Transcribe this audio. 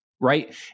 right